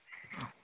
ಹಾಂ